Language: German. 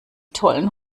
tollen